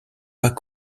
pas